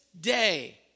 day